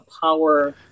power